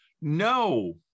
no